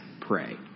pray